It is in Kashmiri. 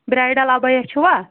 برٛایڈل ابیا چھُوا